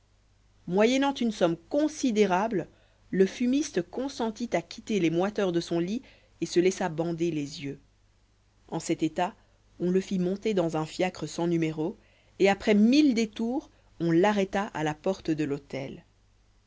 moyennant une somme considérable le fumiste consentit à quitter les moiteurs de son lit et se laissa bander les yeux en cet état on le fit monter dans un fiacre sans numéro et après mille détours on l'arrêta à la porte de l'hôtel